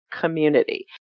community